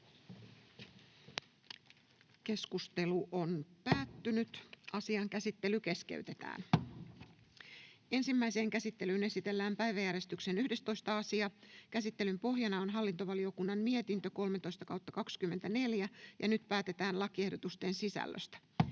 lain 2 §:n muuttamisesta Time: N/A Content: Ensimmäiseen käsittelyyn esitellään päiväjärjestyksen 11. asia. Käsittelyn pohjana on hallintovaliokunnan mietintö HaVM 13/2024 vp. Nyt päätetään lakiehdotusten sisällöstä.